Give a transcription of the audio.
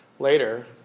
Later